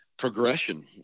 progression